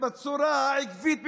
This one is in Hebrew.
בצורה העקבית ביותר,